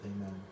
Amen